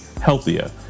healthier